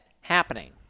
happening